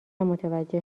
متوجه